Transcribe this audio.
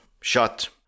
shut